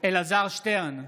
אלעזר שטרן,